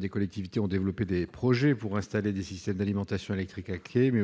Des collectivités ont développé des projets pour installer des systèmes d'alimentation électrique à quai, mais